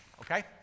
Okay